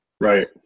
right